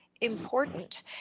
important